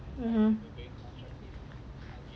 (uh huh)